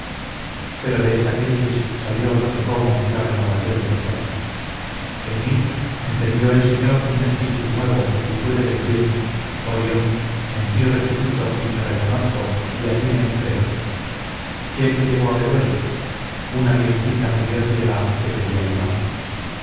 pero de esta crisis salió no sé cómo la renovación de mi ser en mí encendió el señor un espíritu nuevo y pude decir oh dios en ti resucito y te reconozco y a ti me entrego quién me llevó a veruela una viejecita medio ciega que pedía limosna